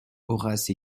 horace